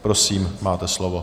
Prosím, máte slovo.